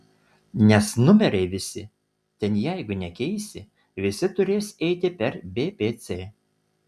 nes numeriai visi ten jeigu nekeisi visi turės eiti per bpc